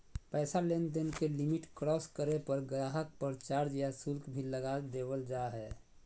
पैसा लेनदेन के लिमिट क्रास करे पर गाहक़ पर चार्ज या शुल्क भी लगा देवल जा हय